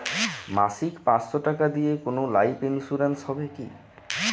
মাসিক পাঁচশো টাকা দিয়ে কোনো লাইফ ইন্সুরেন্স হবে কি?